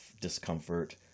discomfort